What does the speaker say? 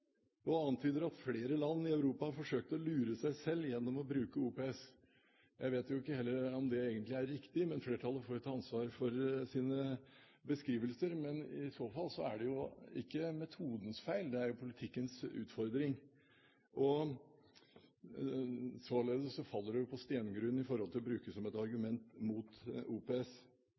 man antyder at flere land i Europa har forsøkt å lure seg selv gjennom å bruke OPS. Jeg vet jo ikke om det er riktig – flertallet får selv ta ansvar for sine beskrivelser – men i så fall er det ikke metodens feil, det er jo politikkens utfordring. Således faller det jo på stengrunn å bruke det som et argument mot OPS.